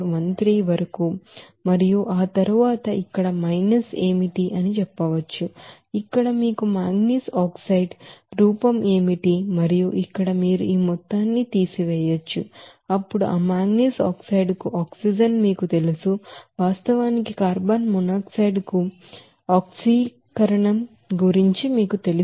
0413 వరకు మరియు తరువాత ఇక్కడ మైనస్ ఏమిటి అని చెప్పవచ్చు ఇక్కడ మీకు మాంగనీస్ ఆక్సైడ్ రూపం ఏమిటి మరియు ఇక్కడ మీరు ఈ మొత్తాన్ని తీసివేయవచ్చు అప్పుడు ఆ మాంగనీస్ ఆక్సైడ్ కు ఆక్సిజన్ మీకు తెలుసు వాస్తవానికి కార్బన్ మోనాక్సైడ్ కు కార్బన్ మోనాక్సైడ్ ఆక్సీకరణ ం గురించి మీకు తెలుసు